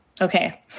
Okay